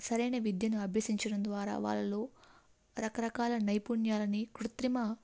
సరైన విద్యను అభ్యసించడం ద్వారా వాళ్ళలో రకరకాల నైపుణ్యాలని కృత్రిమ